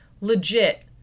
legit